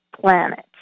planets